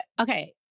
Okay